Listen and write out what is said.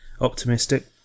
Optimistic